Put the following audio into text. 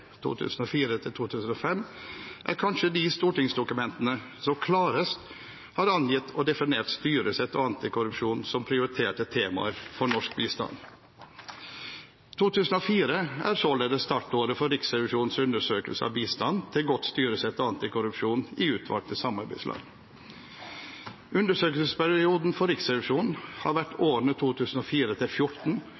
er kanskje de stortingsdokumentene som klarest har angitt og definert styresett og antikorrupsjon som prioriterte temaer for norsk bistand. 2004 er således startåret for Riksrevisjonens undersøkelse av bistand til godt styresett og antikorrupsjon i utvalgte samarbeidsland. Undersøkelsesperioden for Riksrevisjonen har vært